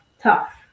tough